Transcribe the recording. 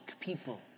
people